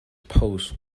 post